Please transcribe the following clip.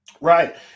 Right